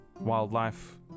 wildlife